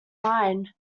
line